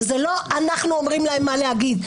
לא אנחנו אומרים להם מה להגיד,